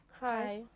Hi